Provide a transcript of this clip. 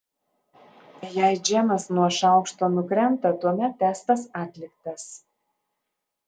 jei džemas nuo šaukšto nukrenta tuomet testas atliktas